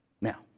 Now